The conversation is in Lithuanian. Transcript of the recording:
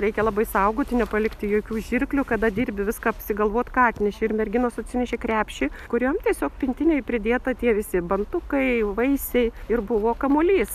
reikia labai saugoti nepalikti jokių žirklių kada dirbi viską apsigalvot ką atnešei ir merginos atsinešė krepšį kuriam tiesiog pintinėj pridėta tie visi bantukai vaisiai ir buvo kamuolys